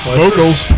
vocals